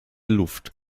luft